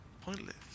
pointless